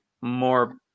more